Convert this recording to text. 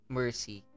mercy